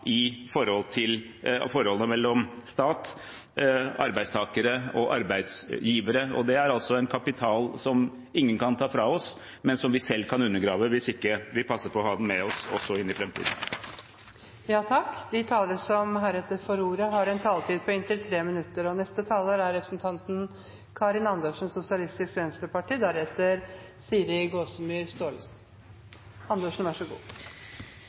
i forholdet mellom stat, arbeidstakere og arbeidsgivere. Det er en kapital som ingen kan ta fra oss, men som vi selv kan undergrave hvis vi ikke passer på å ha den med oss også inn i framtiden. De talere som heretter får ordet, har en taletid på inntil 3 minutter.